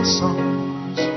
songs